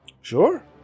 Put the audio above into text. Sure